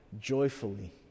joyfully